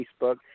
Facebook